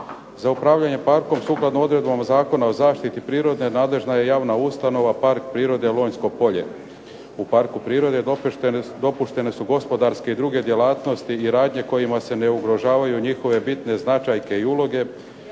Za upravljanje parkom sukladno odredbama Zakona o zaštiti prirode nadležna je javna ustanova Park prirode Lonjsko polje. U parku prirode dopuštene su gospodarske i druge djelatnosti i radnje kojima se ne ugrožavaju njihove bitne značajke i uloge,